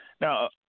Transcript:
now